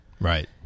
Right